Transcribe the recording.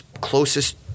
closest